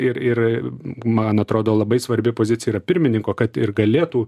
ir ir man atrodo labai svarbi pozicija yra pirmininko kad ir galėtų